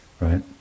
Right